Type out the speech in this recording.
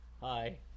Hi